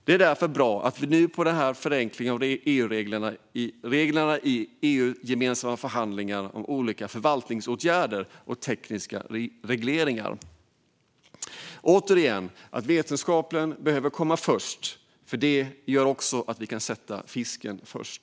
Det är därför bra att vi nu driver på för en förenkling av reglerna i EU-gemensamma förhandlingar om olika förvaltningsåtgärder och tekniska regleringar. Återigen: Vetenskapen behöver komma först, för det gör att vi kan sätta fisken först.